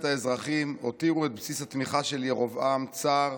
האזרחים הותירו את בסיס התמיכה של ירבעם צר,